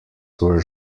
were